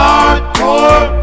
Hardcore